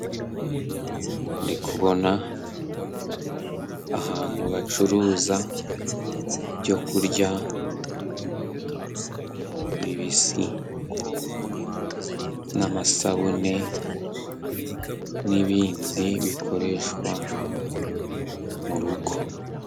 Ndikubona ahantu bacuruza ibyo kurya bibisi n'amasabune n'ibindi bikoreshwa mu rugo.